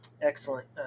excellent